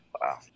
Wow